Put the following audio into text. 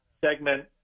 segment